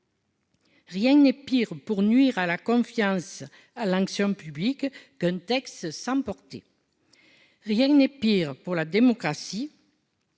Rien n'est pire pour nuire à la confiance dans l'action publique qu'un texte sans portée. Rien n'est pire pour la démocratie